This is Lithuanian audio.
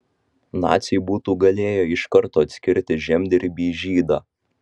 naciai būtų galėję iš karto atskirti žemdirbį žydą